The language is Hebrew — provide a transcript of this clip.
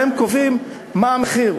והם קובעים מה המחיר.